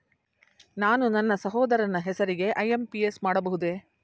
ನಾನು ನನ್ನ ಸಹೋದರನ ಹೆಸರಿಗೆ ಐ.ಎಂ.ಪಿ.ಎಸ್ ಮಾಡಬಹುದೇ?